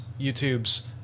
YouTubes